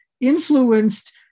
influenced